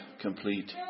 complete